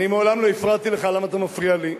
אני מעולם לא הפרעתי לך, למה אתה מפריע לי?